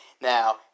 Now